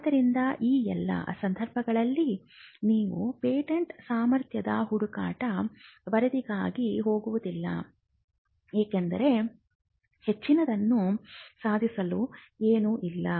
ಆದ್ದರಿಂದ ಈ ಎಲ್ಲಾ ಸಂದರ್ಭಗಳಲ್ಲಿ ನೀವು ಪೇಟೆಂಟ್ ಸಾಮರ್ಥ್ಯದ ಹುಡುಕಾಟ ವರದಿಗಾಗಿ ಹೋಗುವುದಿಲ್ಲ ಏಕೆಂದರೆ ಹೆಚ್ಚಿನದನ್ನು ಸಾಧಿಸಲು ಏನೂ ಇಲ್ಲ